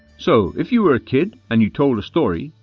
so if you were a kid and you told a story,